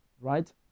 right